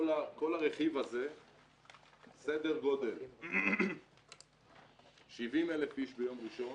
כל הרכיב הזה סדר גודל של 70,000 איש ביום ראשון,